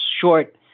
short